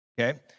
okay